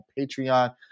Patreon